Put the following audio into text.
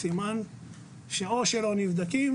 סימן שאו שהם לא נבדקים